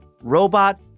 robot